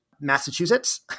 Massachusetts